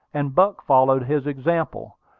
and buck followed his example.